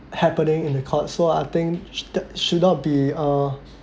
happening in the court so I think sh~ that should not be uh